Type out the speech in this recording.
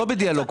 האם פניתם?